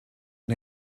and